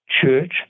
church